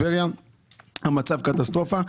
המצב קטסטרופה.